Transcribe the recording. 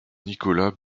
nicolas